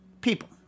People